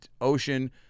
ocean